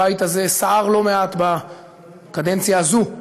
הבית הזה סער לא מעט בקדנציה הזאת,